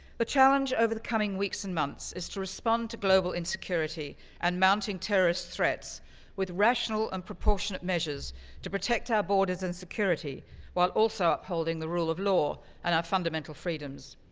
the challenge over the coming weeks and months is to respond to global insecurity and mounting terrorist threats with rational and proportionate measures to protect our borders and security while also upholding the rule of law and our fundamental freedoms.